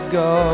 go